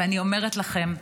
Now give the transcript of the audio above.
ואני אומרת לכם,